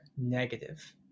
negative